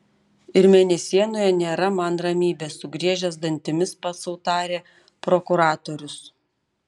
ir mėnesienoje nėra man ramybės sugriežęs dantimis pats sau tarė prokuratorius